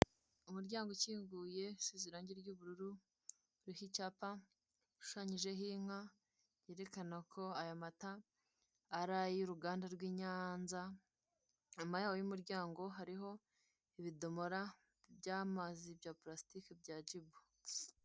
Umuryango ukinguye usize irangi ry'ubururu uriho icyapa ushushanyijeho inka yerekana ko aya mata ari ay'uruganda rw'i nyanza, inyuma yaho y'umuryango hariho ibidomora by'amazi bya plastiki bya jibu.